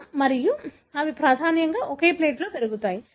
స్థలం మరియు అవి ప్రాధాన్యంగా ఒక ప్లేట్లో పెరుగుతాయి